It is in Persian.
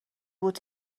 بود